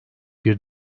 bir